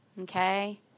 Okay